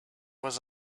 was